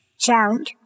Sound